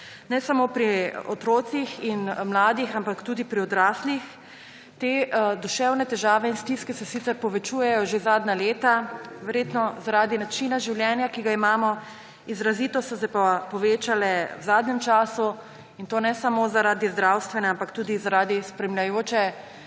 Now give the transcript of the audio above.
ne samo pri otrocih in mladih, ampak tudi pri odraslih. Te duševne težave in stiske se sicer povečujejo že zadnja leta, verjetno zaradi načina življenja, ki ga imamo, izrazito so se pa povečale v zadnjem času in to ne samo zaradi zdravstvene, ampak tudi zaradi spremljajoče